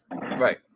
Right